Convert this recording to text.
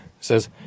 says